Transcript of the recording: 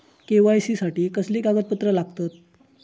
KYC साठी कसली कागदपत्र लागतत?